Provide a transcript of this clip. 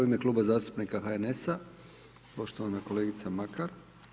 U ime kluba zastupnika HNS-a, poštovana kolegica Makar.